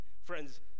friends